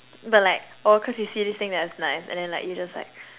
but like oh cause you see this thing that's nice and then like you just like